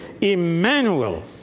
Emmanuel